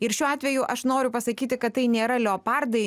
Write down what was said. ir šiuo atveju aš noriu pasakyti kad tai nėra leopardai